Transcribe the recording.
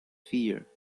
fear